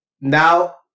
Now